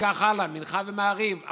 וכך הלאה, מנחה ומעריב.